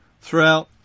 throughout